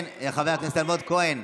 חבר הכנסת אלמוג כהן,